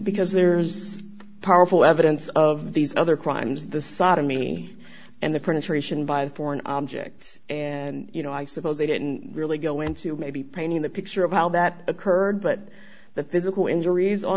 because there's powerful evidence of these other crimes the sodomy and the prince ration by the foreign object and you know i suppose they didn't really go into maybe painting the picture of how that occurred but the physical injuries on